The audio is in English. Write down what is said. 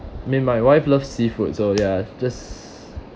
me my wife love seafood so ya just